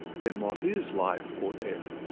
then what is life or death?